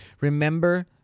remember